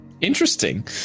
Interesting